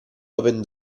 open